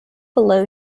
below